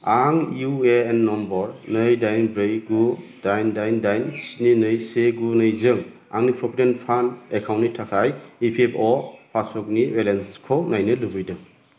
आं U A N number नै दाइन ब्रै गु दाइन दाइन दाइन स्नि नै से गु नैजों आंनि प्रभिदेन्ट फान्द एकाउन्टनि थाखाय इ पि एफ अ पासबुकनि बेलेन्सखौ नायनो लुबैदों